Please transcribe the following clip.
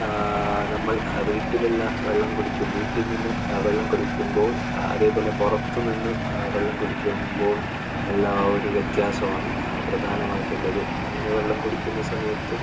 നമ്മൾ വീട്ടിലുള്ള വെള്ളം കുടിക്കും വീട്ടിൽ നിന്ന് വെള്ളം കുടിക്കുമ്പോൾ അതേപോലെ പുറത്തു നിന്ന് വെള്ളം കുടിക്കുമ്പോൾ ഉള്ള ആ ഒരു വ്യത്യാസമാണ് പ്രധാനമായിട്ടുള്ളത് അങ്ങനെ വെള്ളം കുടിക്കുന്ന സമയത്ത്